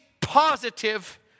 positive